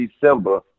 December